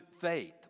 faith